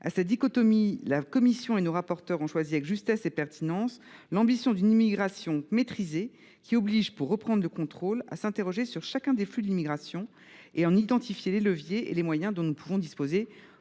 À cette dichotomie, la commission et nos rapporteurs ont préféré, avec justesse et pertinence, l’ambition d’une immigration maîtrisée qui oblige, pour reprendre le contrôle, à s’interroger sur chacun des flux de l’immigration, et à identifier les leviers et les moyens dont nous pouvons disposer